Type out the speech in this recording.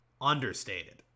understated